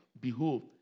Behold